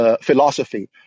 philosophy